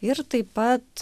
ir taip pat